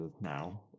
now